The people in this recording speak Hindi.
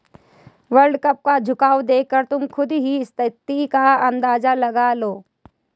यील्ड कर्व का झुकाव देखकर तुम खुद ही स्थिति का अंदाजा लगा लो